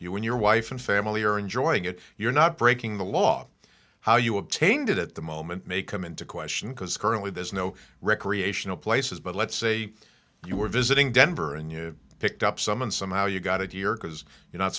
when your wife and family are enjoying it you're not breaking the law how you obtained it at the moment may come into question because currently there's no recreational places but let's say you were visiting denver and you picked up some and somehow you got a year because you're not